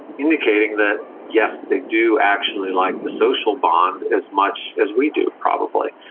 indicating that yes, they do actually like the social bond as much as we do probably.